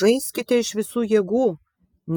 žaiskite iš visų jėgų